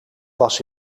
was